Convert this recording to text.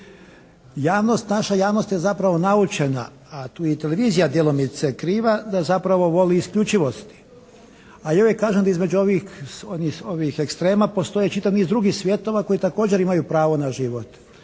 naša javnost je zapravo naučena a tu je i televizija djelomice kriva da zapravo voli isključivosti. A ja uvijek kažem da između ovih ekstrema postoje čitav niz drugih svjetova koji također imaju pravo na život.